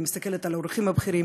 אני מסתכלת על העורכים הבכירים,